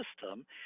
system